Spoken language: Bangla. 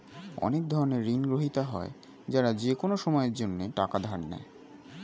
অনেক ধরনের ঋণগ্রহীতা হয় যারা যেকোনো সময়ের জন্যে টাকা ধার নেয়